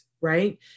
right